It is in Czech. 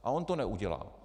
A on to neudělá.